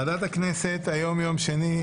היום יום שני,